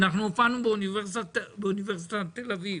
אנחנו הופענו באוניברסיטת תל אביב,